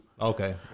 Okay